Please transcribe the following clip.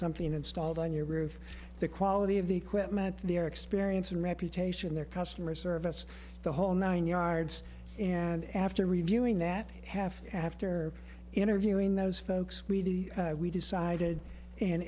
something installed on your roof the quality of the equipment their experience and reputation their customer service the whole nine yards and after reviewing that half after interviewing those folks we did we decided and